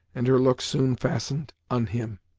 and her look soon fastened on him.